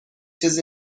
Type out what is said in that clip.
چیزی